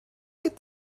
get